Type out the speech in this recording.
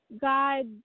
God